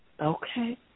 okay